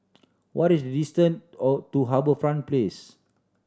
what is the distant O to HarbourFront Place